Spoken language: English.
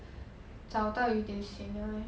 找到有一点 sian liao leh